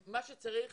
מה שצריך,